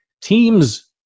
teams –